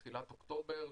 תחילת אוקטובר,